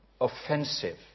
offensive